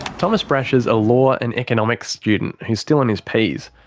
thomas brasher's a law and economics student, who's still on his p's.